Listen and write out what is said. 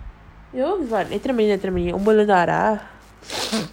எத்தனைமணிலஇருந்துஎத்தனைமணிக்குஒன்பதுலஇருந்துஆரா:ethana manila irunthu ethana maniku onbathula irunthu aaraa